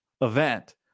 event